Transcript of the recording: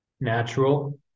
natural